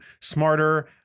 smarter